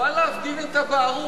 חבל להפגין את הבורות.